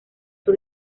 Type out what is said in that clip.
sus